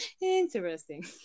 Interesting